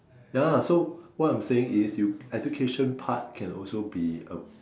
ya so what I'm saying is you education part can also be a